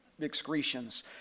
excretions